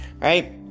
right